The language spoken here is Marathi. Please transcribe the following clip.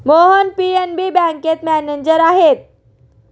मोहन पी.एन.बी बँकेत मॅनेजर आहेत